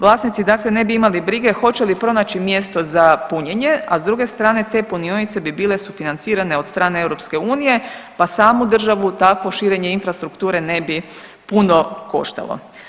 Vlasnici dakle ne bi imali brige hoće li pronaći mjesto za punjenje, a s druge strane te punionice bi bile sufinancirane od strane EU pa samu državu takvo širenje infrastrukture ne bi puno koštalo.